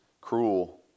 cruel